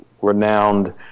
renowned